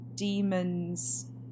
demons